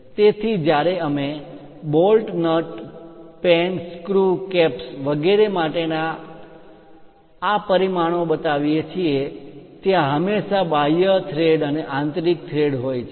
તેથી જ્યારે અમે bolt nut pen screw caps વગેરે માટે આ પરિમાણો બતાવીએ છીએ ત્યાં હંમેશા બાહ્ય થ્રેડ અને આંતરિક થ્રેડ હોય છે